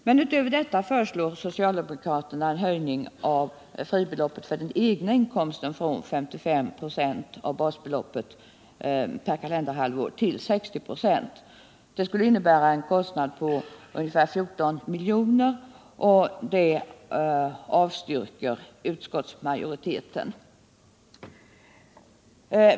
Men utöver detta föreslår socialdemokraterna en höjning av fribeloppet för den egna inkomsten från 55 926 av basbeloppet per kalenderhalvår till 60 96. Det skulle innebära en kostnad på ungefär 14 miljoner, och det avstyrker utskottsmajoriteten.